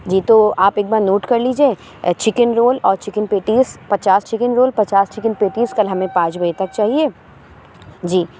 جی تو آپ ایک بار نوٹ کر لیجیے چکن رول اور چکن پیٹیس پچاس چکن رول پچاس چکن پیٹیس کل ہمیں پانچ بجے تک چاہیے جی